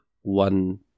one